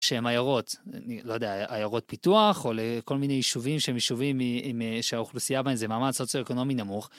שהן עיירות, אני לא יודע, עיירות פיתוח, או לכל מיני יישובים שהם יישובים שהאוכלוסייה בהם זה מעמד סוציו אקונומי נמוך.